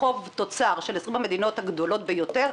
חוב תוצר של 20 המדינות הגדולות ביותר,